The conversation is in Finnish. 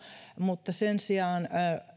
mutta sen sijaan